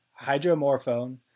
hydromorphone